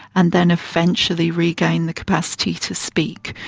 and then eventually regain the capacity to speak.